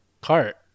cart